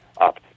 up